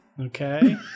Okay